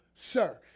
Sir